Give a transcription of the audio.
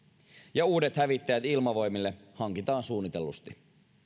ja uudet hävittäjät ilmavoimille hankitaan suunnitellusti